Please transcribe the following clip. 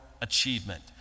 achievement